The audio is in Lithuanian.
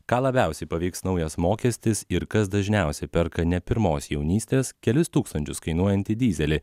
ką labiausiai paveiks naujas mokestis ir kas dažniausiai perka ne pirmos jaunystės kelis tūkstančius kainuojantį dyzelį